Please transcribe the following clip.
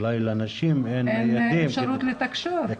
אולי לנשים אין אפשרות לתקשר.